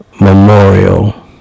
Memorial